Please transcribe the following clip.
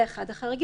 זה אחד החריגים.